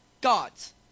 God's